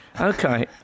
okay